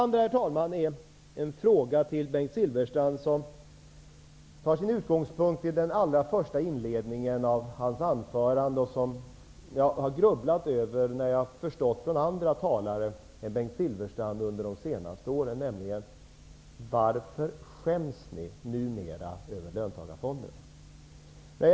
Jag skulle vilja ställa Bengt Silfverstrand en fråga som har sin utgångspunkt i Bengt Silfverstrands inledning av sitt anförande. Varför skäms ni numera över löntagarfonderna? Jag har nämligen förstått av andra talare än Bengt Silfverstrand under de senaste åren att så är fallet, och jag har grubblat över det.